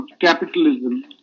capitalism